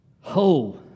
Ho